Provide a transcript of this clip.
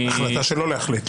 החלטה שלא להחליט.